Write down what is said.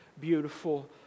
beautiful